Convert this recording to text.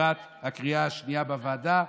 לקראת הקריאה השנייה בוועדה.